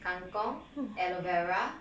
kang kong aloe vera